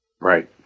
Right